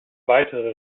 weitere